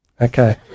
Okay